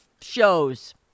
shows